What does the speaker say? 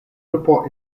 grupo